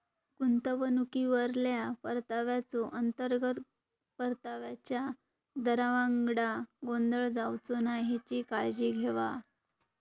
गुंतवणुकीवरल्या परताव्याचो, अंतर्गत परताव्याच्या दरावांगडा गोंधळ जावचो नाय हेची काळजी घेवा